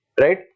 right